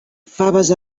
faves